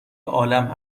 عالم